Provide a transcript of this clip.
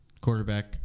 Quarterback